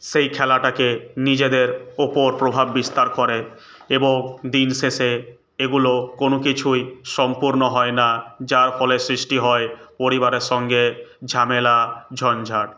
সেই খেলাটাকে নিজেদের উপর প্রভাব বিস্তার করে এবং দিনশেষে এগুলো কোনো কিছুই সম্পূর্ণ হয় না যার ফলে সৃষ্টি হয় পরিবারের সঙ্গে ঝামেলা ঝঞ্ঝাট